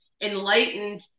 enlightened